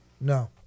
No